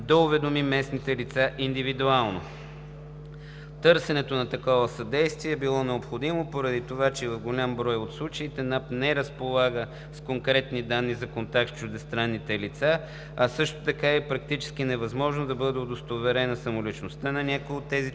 уведоми местните лица индивидуално. Търсенето на такова съдействие е било необходимо, поради това че в голям брой от случаите НАП не разполага с конкретни данни за контакт с чуждестранните лица, а също така е практически невъзможно да бъде удостоверена самоличността на някои от тези